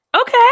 okay